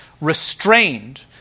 restrained